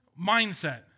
mindset